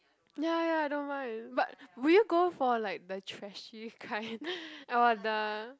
ya ya I don't mind but will you go for like the trashy kind or the